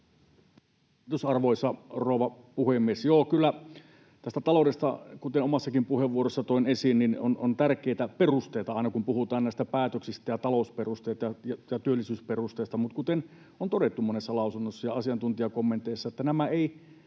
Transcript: Kiitos, arvoisa rouva puhemies! Kyllä taloudessa, kuten omassa puheenvuorossanikin toin esiin, on tärkeitä perusteita aina, kun puhutaan näistä päätöksistä ja talousperusteista ja työllisyysperusteista. Mutta kuten on todettu monessa lausunnossa ja asiantuntijakommenteissa,